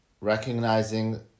recognizing